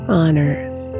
honors